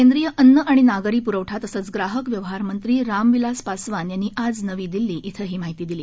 केंद्रीय अन्न आणि नागरी पुरवठा तसंच ग्राहक व्यवहार मंत्री रामविलास पासवान यांनी आज नवी दिल्ली इथं ही माहिती दिली